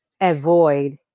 avoid